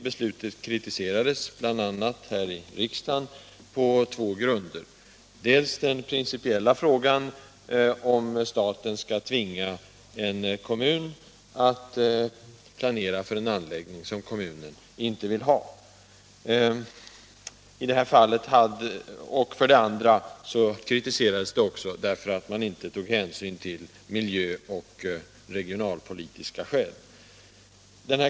Beslutet kritiserades, bl.a. här i riksdagen, på två grunder: dels i den principiella frågan, om staten skall tvinga en kommun att planera för en anläggning som kommunen inte vill ha, dels därför att hänsyn inte hade tagits till miljöoch regionalpolitiska skäl.